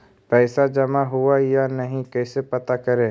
पैसा जमा हुआ या नही कैसे पता करे?